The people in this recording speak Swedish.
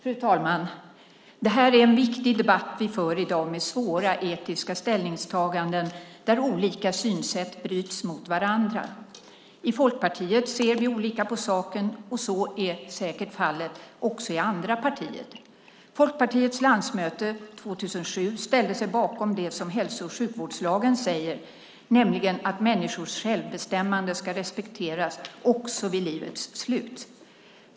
Fru talman! Det här är en viktig debatt vi för i dag med svåra etiska ställningstaganden, där olika synsätt bryts mot varandra. I Folkpartiet ser vi olika på saken. Så är säkert fallet också i andra partier. Folkpartiets landsmöte 2007 ställde sig bakom det som hälso och sjukvårdslagen säger, nämligen att människors självbestämmande ska respekteras också vid livets slut.